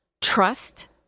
trust